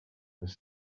ist